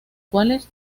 cuales